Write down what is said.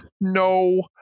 no